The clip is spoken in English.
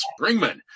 Springman